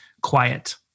quiet